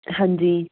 ਹਾਂਜੀ